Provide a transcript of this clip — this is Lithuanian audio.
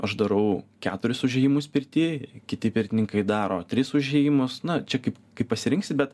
aš darau keturis užėjimus pirty kiti pirtininkai daro tris užėjimus na čia kaip kaip pasirinksi bet